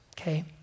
okay